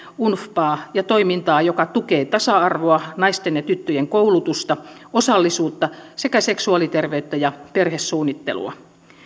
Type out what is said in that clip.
unfpaa ja toimintaa joka tukee tasa arvoa naisten ja tyttöjen koulutusta osallisuutta sekä seksuaaliterveyttä ja perhesuunnittelua